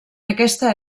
aquesta